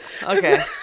Okay